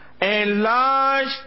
Enlarge